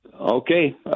okay